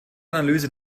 analyse